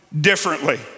differently